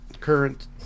current